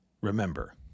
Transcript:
Remember